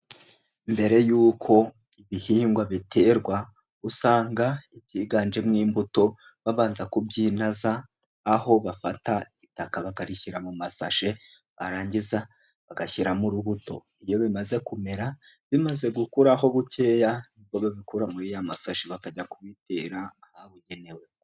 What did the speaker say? Mbere y'uko ibihingwa biterwa, usanga ibyiganjemo imbuto babanza kubyinaza, aho bafata itaka bakarishyira mu masashe, barangiza bagashyiramo urubuto, iyo bimaze kumera, bimaze gukura ho bukeya nibwo babikura muri ya masashi bakajya kubitera ahabugenewe.